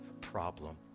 problem